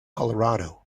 colorado